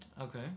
Okay